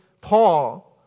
Paul